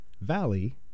Valley